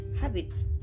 habits